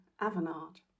Avenard